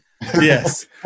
Yes